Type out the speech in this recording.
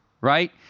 Right